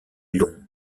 long